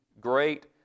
great